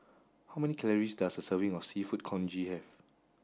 how many calories does a serving of seafood congee have